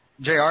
Jr